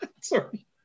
Sorry